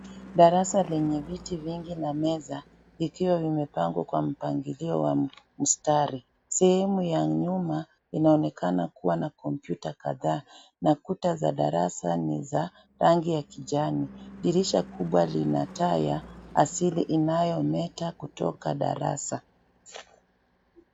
Darasa lenye viti vingi na meza. Vikiwa vimepangwa kwa mpangilio wa mstari. Sehemu ya nyuma inaonekana kuwa na kompyuta kadhaa. Na kuta za darasa ni za rangi ya kijani. Dirisha kubwa linataa ya asili inayoometa kutoka darasa.